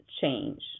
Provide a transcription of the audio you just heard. change